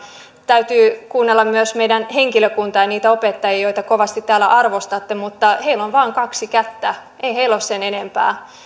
täytyy kuunnella myös meidän henkilökuntaa ja niitä opettajia joita kovasti täällä arvostatte heillä on vain kaksi kättä ei heillä ole sen enempää